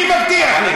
מי מבטיח לי?